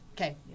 Okay